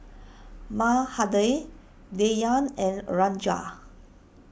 Mahade Dhyan and a Ranga